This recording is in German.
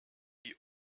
die